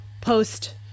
post